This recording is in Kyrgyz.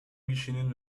кишинин